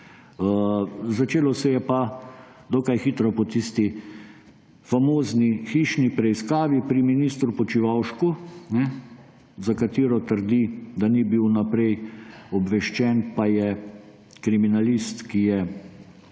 Začelo se je pa dokaj hitro po tisti famozni hišni preiskavi pri ministru Počivalšku, za katero trdi, da ni bil vnaprej obveščen, pa je kriminalist, ki je